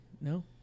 no